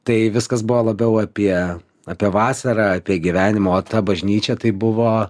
tai viskas buvo labiau apie apie vasarą apie gyvenimo tą bažnyčią tai buvo